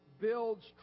builds